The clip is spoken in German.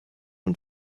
und